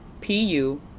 P-U